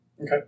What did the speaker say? Okay